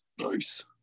Nice